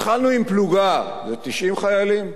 התחלנו עם פלוגה של 90 חיילים.